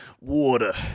water